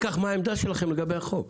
אי לכך, מה העמדה שלכם לגבי החוק?